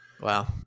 Wow